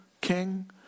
King